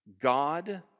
God